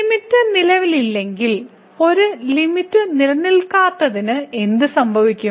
limit നിലവിലില്ലെങ്കിൽ ഒരു limit നിലനിൽക്കാത്തതിന് എന്ത് സംഭവിക്കും